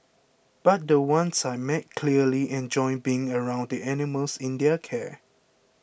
but the ones I meet clearly enjoy being around the animals in their care